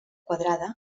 quadrada